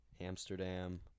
Amsterdam